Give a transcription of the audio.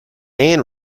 and